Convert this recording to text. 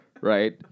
right